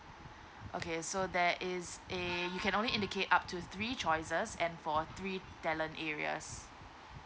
okay so that is a you can only indicate up to three choices and for three talent areas